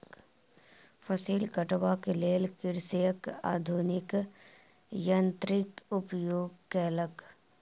फसिल कटबाक लेल कृषक आधुनिक यन्त्रक उपयोग केलक